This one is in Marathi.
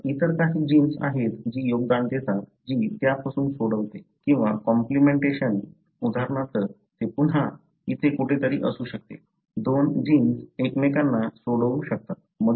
तर इतर काही जीन्स आहेत जी योगदान देतात जी त्यापासून सोडवते किंवा कॉम्प्लिमेंटेशन उदाहरणार्थ ते पुन्हा इथे कुठेतरी असू शकते दोन जीन्स एकमेकांना सोडवू शकतात